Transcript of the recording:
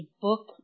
book